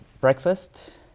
breakfast